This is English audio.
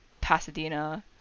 Pasadena